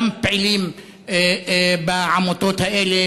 גם פעילים בעמותות האלה.